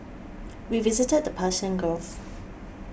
we visited the Persian Gulf